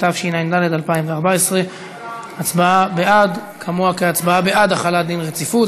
התשע"ד 2014. הצבעה בעד היא הצבעה בעד החלת דין רציפות.